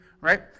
right